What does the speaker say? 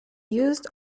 used